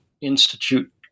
institute